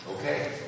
Okay